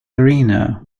arena